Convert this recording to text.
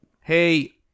hey